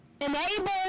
enable